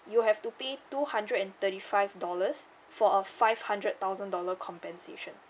you have to pay two hundred and thirty five dollars for a five hundred thousand dollar compensation